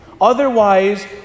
otherwise